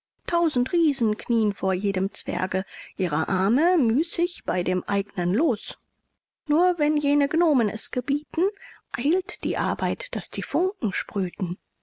tausend riesen knie'n vor jedem zwerge ihre arme müßig bei dem eignen los nur wenn jene gnomen es gebieten eilt die arbeit daß die funken sprühten